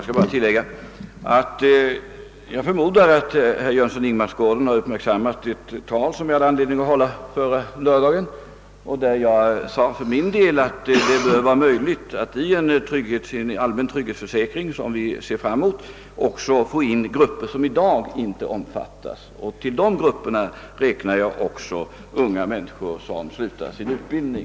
Herr talman! Jag förmodar att herr Jönsson i Ingemarsgården har uppmärksammat det tal som jag hade anledning att hålla förra lördagen. I det yttrade jag att det bör vara möjligt att i en allmän trygghetsförsäkring, som vi ser fram emot, också föra in grupper som i dag inte omfattas. Till dessa grupper räknar jag också unga människor som slutar sin utbildning.